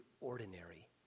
ordinary